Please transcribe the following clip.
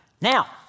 Now